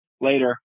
later